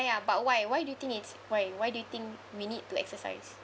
but why why do you think it's why why do you think we need to exercise